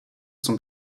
zum